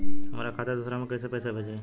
हमरा खाता से दूसरा में कैसे पैसा भेजाई?